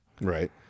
Right